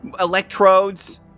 electrodes